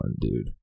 dude